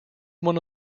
one